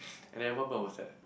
and then what happened was that